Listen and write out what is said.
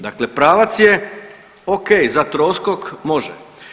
Dakle pravac je okej, za troskok, može.